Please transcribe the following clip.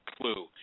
clue